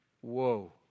Whoa